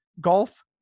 golf